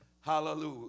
Hallelujah